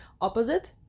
opposite